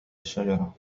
الشجرة